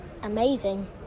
Amazing